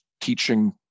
teaching